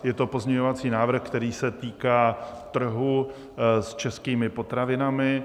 Je to pozměňovací návrh, který se týká trhu s českými potravinami.